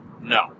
no